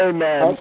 Amen